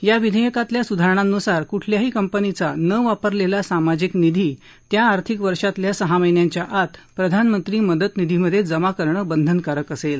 या विधेयकातल्या सुधारणांनुसार कुठल्याही कंपनीचा न वापरलेला सामाजिक निधी या आर्थिक वर्षातल्या सहा महिन्यांच्या आत प्रधानमंत्री मदत निधीमधे जमा करणं बंधनकारक असेल